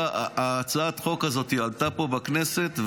הצעת החוק הזאת עלתה פה בכנסת,